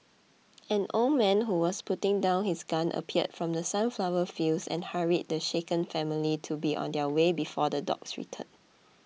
an old man who was putting down his gun appeared from the sunflower fields and hurried the shaken family to be on their way before the dogs return